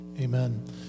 Amen